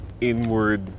inward